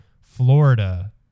Florida